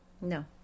No